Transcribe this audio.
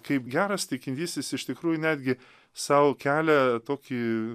kaip geras tikintysis iš tikrųjų netgi sau kelia tokį